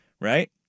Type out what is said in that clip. right